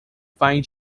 find